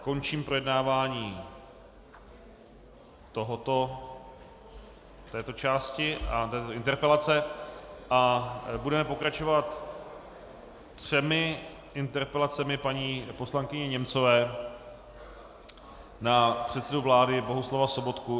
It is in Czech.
Končím projednávání této části interpelace a budeme pokračovat třemi interpelacemi paní poslankyně Němcové na předsedu vlády Bohuslava Sobotku.